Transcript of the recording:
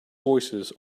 voices